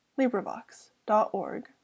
LibriVox.org